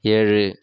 ஏழு